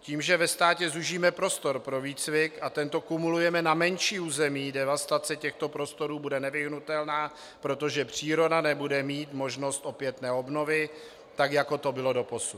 Tím, že ve státě zúžíme prostor pro výcvik a tento kumulujeme na menší území, devastace těchto prostorů bude nevyhnutelná, protože příroda nebude mít možnost opětné obnovy, tak jako to bylo doposud.